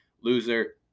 loser